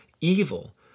evil